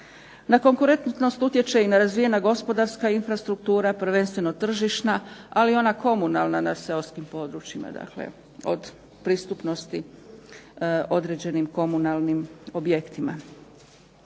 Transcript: Na konkurentnost utječe i razvijena gospodarska infrastruktura, prvenstveno tržišna, ali i ona komunalna na seoskim područjima od pristupnosti određenim komunalnim objektima.